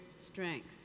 strength